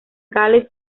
gales